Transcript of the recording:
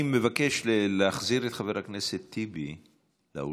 אני מבקש להחזיר את חבר הכנסת טיבי לאולם.